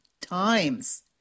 times